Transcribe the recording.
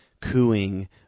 cooing